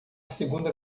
segunda